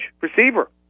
receiver